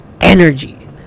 energy